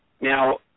Now